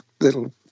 little